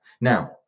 now